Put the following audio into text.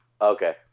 Okay